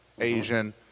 Asian